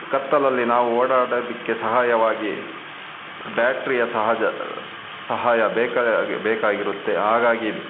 ಕತ್ತಲಲ್ಲಿ ನಾವು ಓಡಾಡೋದಕ್ಕೆ ಸಹಾಯವಾಗಿ ಬ್ಯಾಟ್ರಿಯ ಸಹಜ ಸಹಾಯ ಬೇಕಾಗಿ ಬೇಕಾಗಿರುತ್ತೆ ಹಾಗಾಗಿ